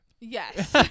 yes